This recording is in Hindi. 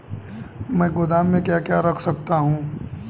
मैं गोदाम में क्या क्या रख सकता हूँ?